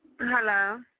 Hello